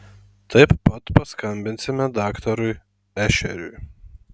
taip pat paskambinsime daktarui ešeriui